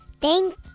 Thank